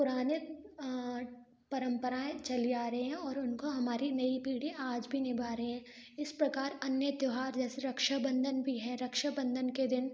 पुराने परम्पराएँ चली आ रही हैं और उनको हमारी नई पीढ़ी आज भी निभा रहे हैं इस प्रकार अन्य त्यौहार जैसे रक्षाबंधन भी है रक्षाबंधन के दिन